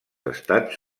estats